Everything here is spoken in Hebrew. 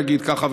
נגיד כך,